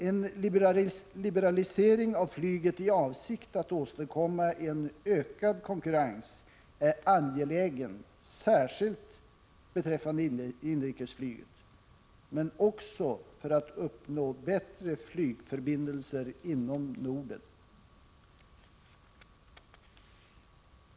En liberalisering av flyget i avsikt att åstadkomma en ökad konkurrens är angelägen, särskilt för att få ett förbättrat inrikesflyg men också för att uppnå bättre flygförbindelser inom Norden.